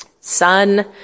Son